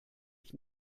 ich